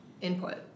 input